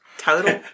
Total